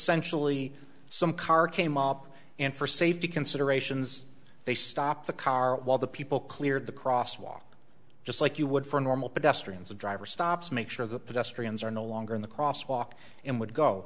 sensually some car came up and for safety considerations they stopped the car while the people cleared the crosswalk just like you would for a normal pedestrians the driver stops make sure the pedestrians are no longer in the crosswalk in would go